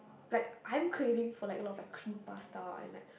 like I'm craving for like a lot of like cream pasta and like